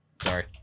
Sorry